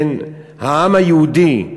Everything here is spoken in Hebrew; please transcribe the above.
עם העם היהודי,